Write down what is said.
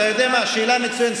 אתה יודע מה, שאלה מצוינת.